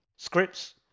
scripts